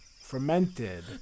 fermented